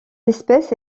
espèce